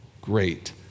great